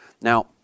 Now